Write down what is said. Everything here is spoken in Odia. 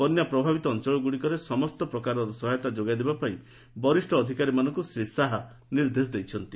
ବନ୍ୟା ପ୍ରଭାବିତ ଅଞ୍ଚଳଗୁଡ଼ିକରେ ସମସ୍ତ ପ୍ରକାରର ସହାୟତା ଯୋଗାଇଦେବା ପାଇଁ ବରିଷ୍ଣ ଅଧିକାରୀମାନଙ୍କୁ ଶ୍ରୀ ଶାହା ନିର୍ଦ୍ଦେଶ ଦେଇଛନ୍ତି